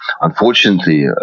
unfortunately